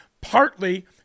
partly